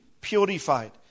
purified